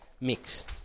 mix